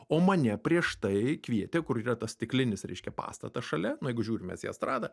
o mane prieš tai kvietė kur yra tas stiklinis reiškia pastatas šalia nu jeigu žiūrim mes į estradą